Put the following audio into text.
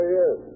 yes